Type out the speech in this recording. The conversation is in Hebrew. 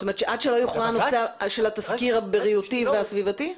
זאת אומרת שעד שלא יוכרע הנושא של התסקיר הבריאותי והסביבתי?